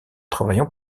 travaillant